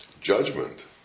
Judgment